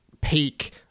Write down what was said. peak